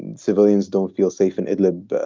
and civilians don't feel safe in it. like but